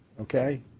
okay